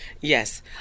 Yes